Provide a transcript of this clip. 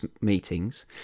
meetings